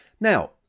Now